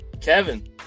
Kevin